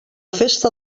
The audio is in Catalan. festa